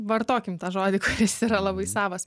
vartokim tą žodį kuris yra labai savas